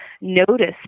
notice